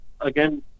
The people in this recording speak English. again